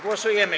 Głosujemy.